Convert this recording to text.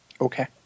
Okay